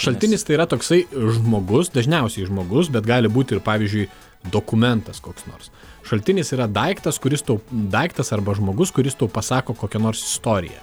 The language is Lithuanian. šaltinis tai yra toksai žmogus dažniausiai žmogus bet gali būt ir pavyzdžiui dokumentas koks nors šaltinis yra daiktas kuris tau daiktas arba žmogus kuris tau pasako kokią nors istoriją